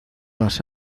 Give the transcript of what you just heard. las